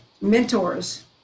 mentors